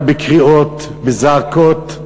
גם בקריאות ובזעקות.